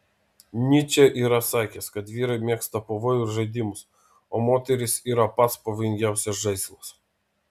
nyčė yra sakęs kad vyrai mėgsta pavojų ir žaidimus o moterys yra pats pavojingiausias žaislas